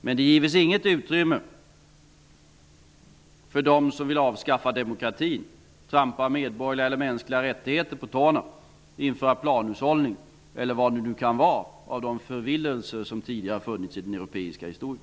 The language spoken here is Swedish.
Men det gives inget utrymme för dem som vill avskaffa demokratin, trampa medborgerliga eller mänskliga rättigheter på tårna, införa planhushållning eller vad det kan vara av de förvillelser som tidigare funnits i den europeiska historien.